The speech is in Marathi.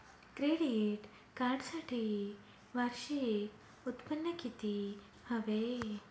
क्रेडिट कार्डसाठी वार्षिक उत्त्पन्न किती हवे?